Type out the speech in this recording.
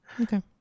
Okay